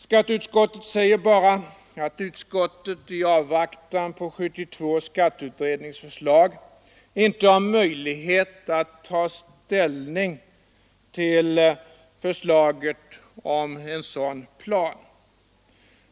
Skatteutskottet säger bara att utskottet i avvaktan på det slutliga ställningstagandet till 1972 års skatteutrednings förslag inte har möjlighet att ta ställning till förslaget om en sådan plan.